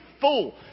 fool